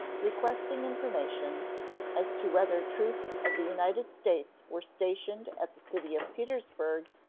requesting information as to whether troops of the united states were stationed at the city of petersburg,